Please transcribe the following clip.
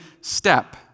step